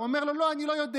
הוא אומר לו: לא, אני לא יודע.